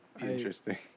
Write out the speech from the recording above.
Interesting